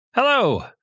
Hello